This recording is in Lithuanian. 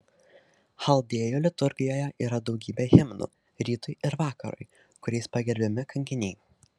chaldėjų liturgijoje yra daugybė himnų rytui ir vakarui kuriais pagerbiami kankiniai